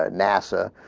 ah nasa